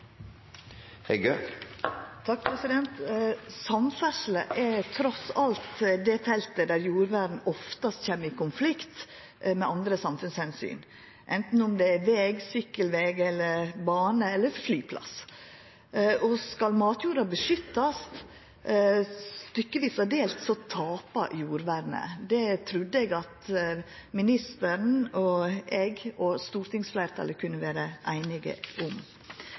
trass i alt det feltet der jordvern oftast kjem i konflikt med andre samfunnsomsyn, anten det er veg, sykkelveg, bane eller flyplass. Skal matjorda beskyttast stykkevis og delt, tapar jordvernet. Det trudde eg at ministeren og eg og stortingsfleirtalet kunne vera einige om.